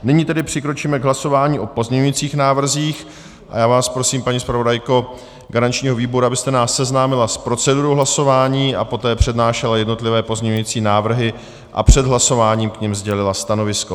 Nyní tedy přikročíme k hlasování o pozměňovacích návrzích a já vás prosím, paní zpravodajko garančního výboru, abyste nás seznámila s procedurou hlasování a poté přednášela jednotlivé pozměňovací návrhy a před hlasováním k nim sdělila stanovisko.